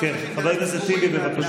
חבר הכנסת טיבי, בבקשה.